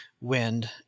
wind